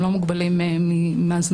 הם לא מוגבלים מהזמן